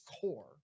core